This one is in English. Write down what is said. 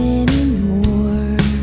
anymore